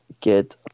get